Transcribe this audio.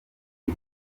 iri